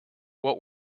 what